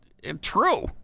True